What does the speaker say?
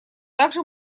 также